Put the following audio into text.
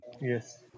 Yes